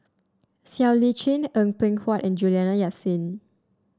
Siow Lee Chin Eng Png Huat and Juliana Yasin